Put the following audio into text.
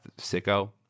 sicko